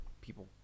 people